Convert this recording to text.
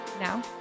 Now